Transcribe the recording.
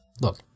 Look